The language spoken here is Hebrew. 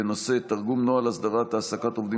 בנושא: תרגום נוהל הסדרת העסקת עובדים